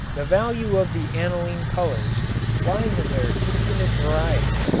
the value of the aniline colors lies in their infinite variety.